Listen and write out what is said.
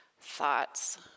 thoughts